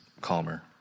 calmer